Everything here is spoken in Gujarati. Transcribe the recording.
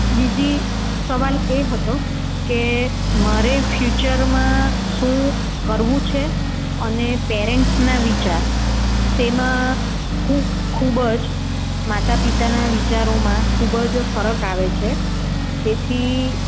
બીજો સવાલ એ હતો કે મારે ફ્યૂચરમાં શું કરવું છે અને પેરેન્ટ્સના વિચાર તેમાં હું ખૂબ જ માતા પિતાના વિચારોમાં ખૂબ જ ફરક આવે છે તેથી